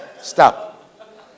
stop